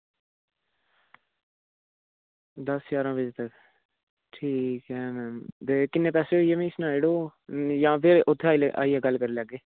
दस जारां बजे तक ठीक ऐ मैम ते किन्ने पैसे होई गे मिगी सनाई ओड़ो ते जां उत्थें आइयै गल्ल करी लैगे